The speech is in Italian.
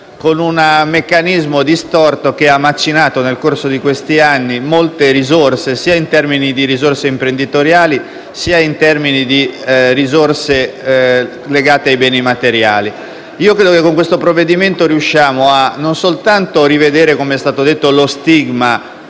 con un meccanismo distorto che ha macinato, nel corso di questi anni, molte risorse sia in termini di capacità imprenditoriali sia in termini di risorse legate ai beni materiali. Credo che con questo provvedimento si riesca non soltanto a rivedere, com'è stato detto, lo stigma,